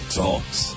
talks